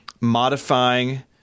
modifying